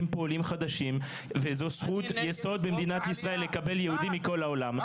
פה עולים חדשים וזו זכות יסוד במדינת ישראל לקבל יהודים מכל העולם.